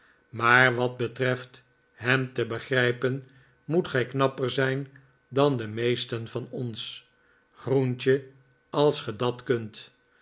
maar wat betreft hem te begrijpen moet gij knapper zijn dan de meesten van ons groentje als ge dat kunt